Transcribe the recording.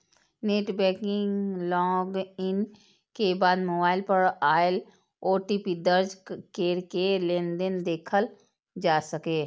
net banking log in के बाद mobile पर आयल ओ.टी.पी दर्ज कैरके लेनदेन देखल जा सकैए